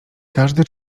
każdy